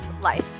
life